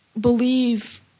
believe